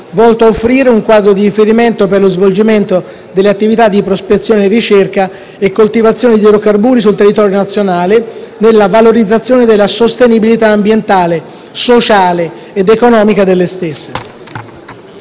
volto a offrire un quadro di riferimento per lo svolgimento delle attività di prospezione e ricerca e coltivazione di idrocarburi sul territorio nazionale, nella valorizzazione della sostenibilità ambientale, sociale ed economica delle stesse.